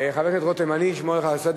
חברת הכנסת לאה נס, סגנית